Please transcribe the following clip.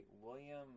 William